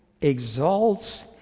exalts